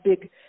big